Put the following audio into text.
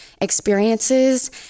Experiences